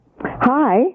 Hi